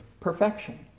perfection